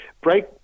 break